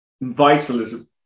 vitalism